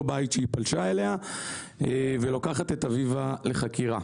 בית שהיא פלשה אליו ולוקחת את אביבה לחקירה.